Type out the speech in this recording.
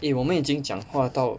eh 我们已经讲话到